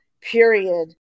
period